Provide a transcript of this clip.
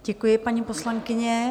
Děkuji, paní poslankyně.